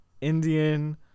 Indian